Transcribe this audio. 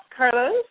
Carlos